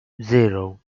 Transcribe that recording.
zero